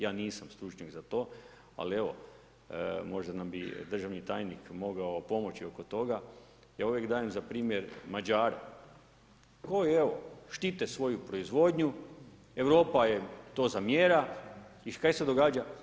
Ja nisam stručnjak za to, ali evo, možda bi nam državni tajnik mogao pomoći oko toga, ja uvijek dajem za primjer Mađari koji evo štite svoju proizvodnju, Europa joj to zamjera i kaj se događa?